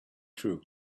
true